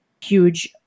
huge